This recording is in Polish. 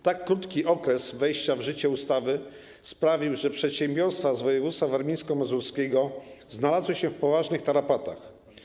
Tak krótki okres wejścia w życie ustawy sprawił, że przedsiębiorstwa z województwa warmińsko-mazurskiego znalazły się w poważnych tarapatach.